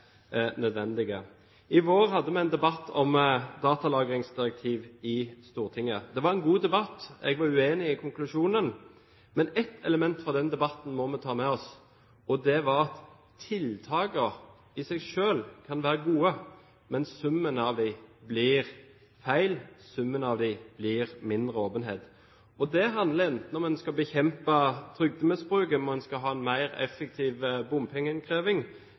nødvendige? I vår hadde vi en debatt om datalagringsdirektivet i Stortinget. Det var en god debatt. Jeg var uenig i konklusjonen, men ett element fra den debatten må vi ta med oss, og det var at tiltak i seg selv kan være gode, men at summen av dem blir feil. Summen av dem blir mindre åpenhet. Det gjelder enten man skal bekjempe trygdemisbruk eller om man skal ha en mer effektiv bompengeinnkreving,